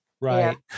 right